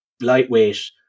lightweight